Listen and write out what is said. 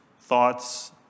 thoughts